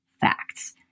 facts